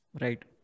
Right